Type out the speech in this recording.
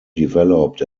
developed